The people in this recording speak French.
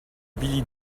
billy